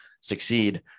succeed